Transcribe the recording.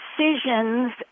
decisions